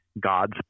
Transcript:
God's